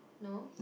no